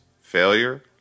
failure